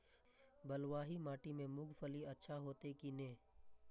बलवाही माटी में मूंगफली अच्छा होते की ने?